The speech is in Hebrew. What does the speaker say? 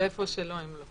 ואיפה שלא לא.